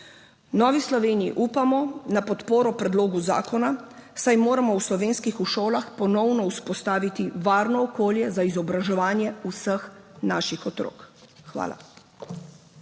Novi Sloveniji upamo na podporo predlogu zakona, saj moramo v slovenskih šolah ponovno vzpostaviti varno okolje za izobraževanje vseh naših otrok. Hvala.